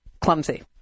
clumsy